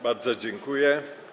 Bardzo dziękuję.